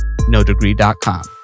NoDegree.com